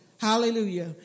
Hallelujah